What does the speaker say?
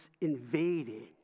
invading